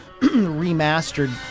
remastered